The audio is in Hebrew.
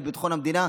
לביטחון המדינה,